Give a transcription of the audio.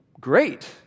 great